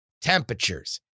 Temperatures